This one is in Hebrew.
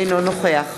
אינו נוכח